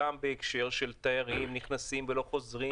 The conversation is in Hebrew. גם בהקשר של תיירים שנכנסים ולא חוזרים,